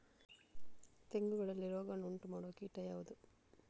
ತೆಂಗುಗಳಲ್ಲಿ ರೋಗವನ್ನು ಉಂಟುಮಾಡುವ ಕೀಟ ಯಾವುದು?